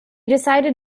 decided